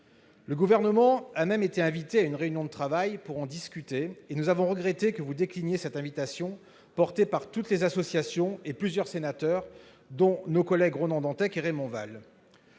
Le Gouvernement a même été invité à une réunion de travail pour en discuter. Nous regrettons qu'il ait décliné cette invitation, portée par toutes les associations et par plusieurs sénateurs, dont nos collègues Ronan Dantec et Raymond Vall.